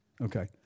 okay